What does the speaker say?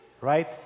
right